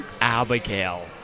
Abigail